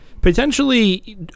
potentially